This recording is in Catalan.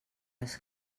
les